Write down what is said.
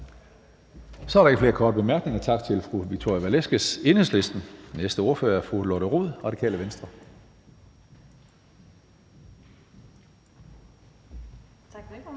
Så er der ikke flere korte bemærkninger. Tak til fru Victoria Velasquez, Enhedslisten. Den næste ordfører er fru Lotte Rod, Radikale Venstre. Kl.